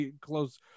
close